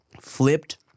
flipped